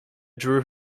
drew